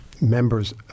members